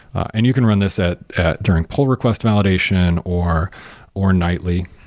and you can run this at at during pull request validation, or or nightly.